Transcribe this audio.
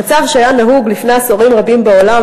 המצב שהיה נהוג לפני עשורים רבים בעולם